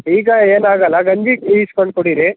ಈಗ ಏನಾಗೊಲ್ಲ ಗಂಜಿ ಈಸ್ಕೊಂಡು ಕುಡೀರಿ